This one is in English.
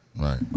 Right